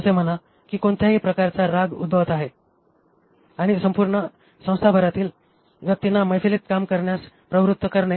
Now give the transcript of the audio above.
असे म्हणा की कोणत्याही प्रकारचा राग उद्भवत आहे आणि संपूर्ण संस्थाभरातील व्यक्तींना मैफिलीत काम करण्यास प्रवृत्त करते